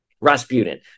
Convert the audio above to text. Rasputin